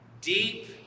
deep